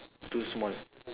two small